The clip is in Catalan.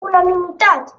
unanimitat